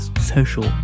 social